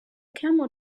camel